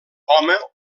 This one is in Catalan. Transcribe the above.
home